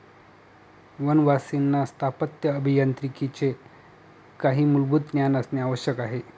वनवासींना स्थापत्य अभियांत्रिकीचे काही मूलभूत ज्ञान असणे आवश्यक आहे